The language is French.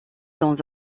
dans